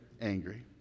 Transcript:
angry